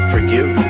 Forgive